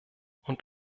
und